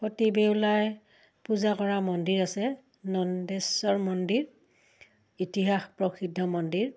সতি বেউলাই পূজা কৰা মন্দিৰ আছে নন্দেশ্বৰ মন্দিৰ ইতিহাস প্ৰসিদ্ধ মন্দিৰ